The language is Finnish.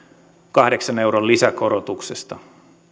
kahdeksan euron lisäkorotuksesta